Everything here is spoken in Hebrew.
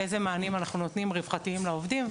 איזה מענים אנחנו נותנים רווחתים לעובדים,